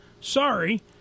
Sorry